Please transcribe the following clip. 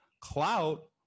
Clout